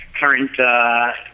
current